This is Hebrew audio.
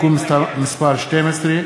(תיקון מס' 12),